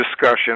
discussion